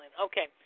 Okay